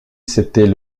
s’était